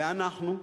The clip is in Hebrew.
ואנחנו,